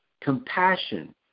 compassion